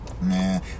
Man